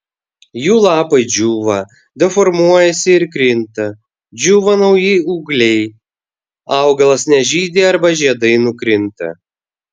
jų lapai džiūva deformuojasi ir krinta džiūva nauji ūgliai augalas nežydi arba žiedai nukrinta